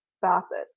facet